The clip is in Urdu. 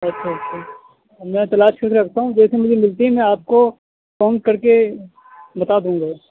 اچھا اچھا میں تلاش کر کے رکھتا ہوں جیسے مجھے ملتی ہے میں آپ کو فون کر کے بتا دوں گا